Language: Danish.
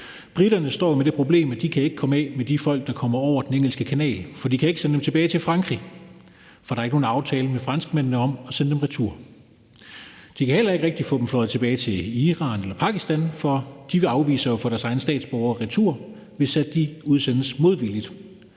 Briterne står med det problem, at de ikke kan komme af med de folk, der kommer over Den Engelske Kanal, for de kan ikke sende dem tilbage til Frankrig, for der er ikke nogen aftale med franskmændene om at sende dem retur. De kan heller ikke rigtig få dem fløjet tilbage til Iran eller Pakistan, for de vil afvise at få deres egne statsborgere retur, hvis de udsendes modvilligt.